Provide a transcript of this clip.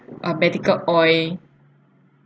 ah medical oil